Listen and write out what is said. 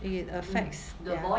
it affects their